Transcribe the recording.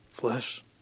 flesh